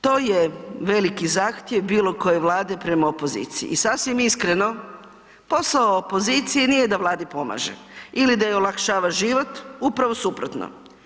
To je veliki zahtjev bilo koje Vlade prema opoziciji i sasvim iskreno posao opozicije nije da Vladi pomaže ili da joj olakšava život, upravo suprotno.